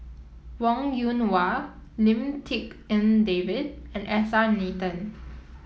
Wong Yoon Wah Lim Tik En David and S R Nathan